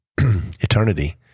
eternity